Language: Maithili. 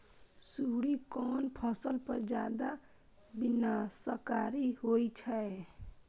सुंडी कोन फसल पर ज्यादा विनाशकारी होई छै?